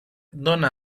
dóna